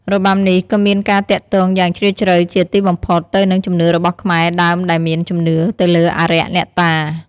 របាំនេះ ក៏មានការទាក់ទងយ៉ាងជ្រាលជ្រៅជាទីបំផុតទៅនឹងជំនឿរបស់ខ្មែរដើមដែលមានជំនឿទៅលើអារក្ស អ្នកតា។